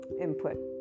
input